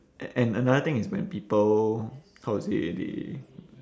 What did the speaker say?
a~ and another thing is when people how to say they